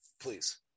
please